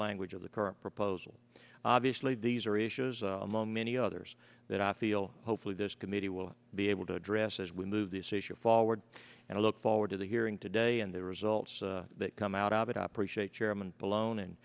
language of the current proposal obviously these are issues among many others that i feel hopefully this committee will be able to address as we move this issue for word and i look forward to the hearing today and the results that come out of it apre shape chairman alone and